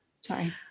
sorry